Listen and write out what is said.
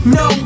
no